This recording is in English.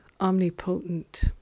omnipotent